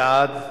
33 בעד,